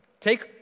take